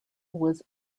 was